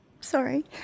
sorry